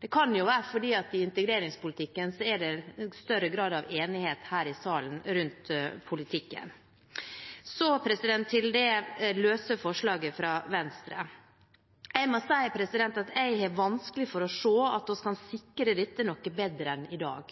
Det kan jo være fordi det i integreringspolitikken er større grad av enighet her i salen. Så til det løse forslaget fra Venstre. Jeg må si at jeg har vanskelig for å se at vi kan sikre dette noe bedre enn i dag.